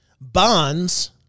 bonds